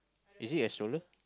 is it a stroller